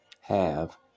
have-